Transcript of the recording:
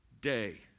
day